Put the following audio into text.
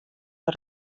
der